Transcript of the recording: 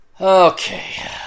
Okay